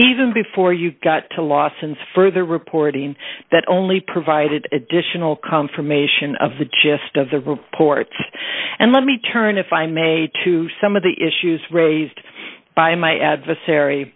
even before you got to lawson's further reporting that only provided additional confirmation of the gist of the reports and let me turn if i made to some of the issues raised by my adversary